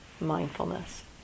mindfulness